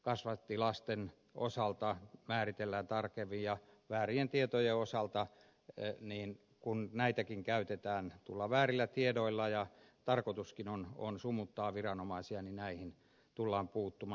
kasvattilasten osalta määritellään tarkemmin ja vääriin tietoihin kun näitäkin käytetään tullaan väärillä tiedoilla ja tarkoituskin on sumuttaa viranomaisia tullaan puuttumaan